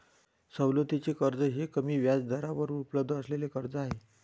सवलतीचे कर्ज हे कमी व्याजदरावर उपलब्ध असलेले कर्ज आहे